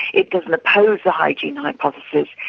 it doesn't oppose the hygiene hypothesis,